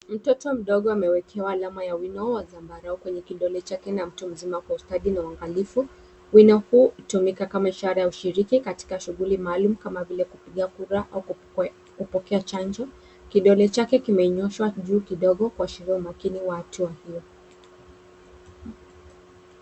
Mtoto mdogo amewekewa alama ya wino wa zambarau na mtu mzima kwenye kidole chake kwa ustadi na uangalifu. Wino huu hutumika kama ishara ya ushiriki katika shughuli maalum kama vile kupiga kura au kupokea chanjo. Kidole chake kimenyoshwa juu kidogo kuashiria umakini wa hatua hiyo.